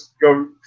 go